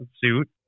suit